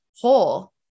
whole